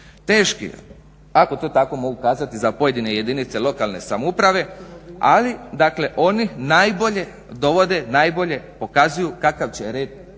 teški ako to tako mogu kazati za pojedine jedinice lokalne samouprave ali dakle oni najbolje dovode, najbolje pokazuju kakav će red